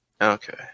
Okay